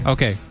Okay